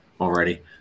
already